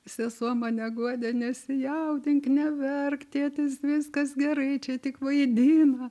sesuo mane guodė nesijaudink neverk tėtis viskas gerai čia tik vaidina